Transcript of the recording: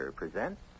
presents